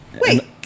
wait